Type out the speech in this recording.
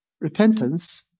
Repentance